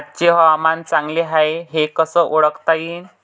आजचे हवामान चांगले हाये हे कसे ओळखता येईन?